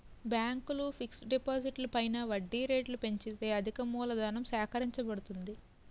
బ్యాంకులు ఫిక్స్ డిపాజిట్లు పైన వడ్డీ రేట్లు పెంచితే అధికమూలధనం సేకరించబడుతుంది